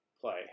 play